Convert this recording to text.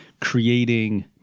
creating